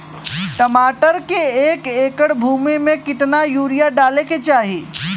टमाटर के एक एकड़ भूमि मे कितना यूरिया डाले के चाही?